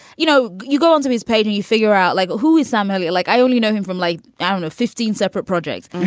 you know, you go onto his page and you figure out like, who is i'm really like i only know him from, like, i don't know, fifteen separate projects.